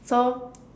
so